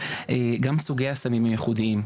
גם סוגי הסמים הם ייחודיים.